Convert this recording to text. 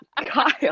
Kyle